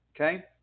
Okay